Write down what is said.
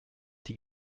die